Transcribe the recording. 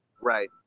Right